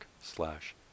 slash